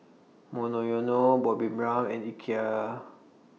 Monoyono Bobbi Brown and Ikea